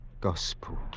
gospel